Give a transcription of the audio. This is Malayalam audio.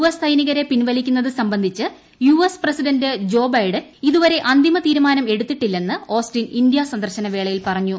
എസ് സൈനികരെ പിൻവലിക്കുന്നത് സംബന്ധിച്ച് യുഎസ് പ്രസിഡന്റ് ജോ ബൈഡൻ ഇതുവരെ അന്തിമ തീരുമാനം എടുത്തിട്ടില്ലെന്ന് ഓസ്റ്റിൻ ഇന്ത്യ സന്ദർശന വേളയിൽ പറഞ്ഞു